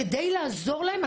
כדי לעזור להם,